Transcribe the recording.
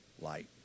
light